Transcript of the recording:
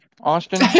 Austin